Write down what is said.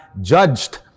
judged